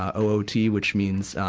o o t, which means, um,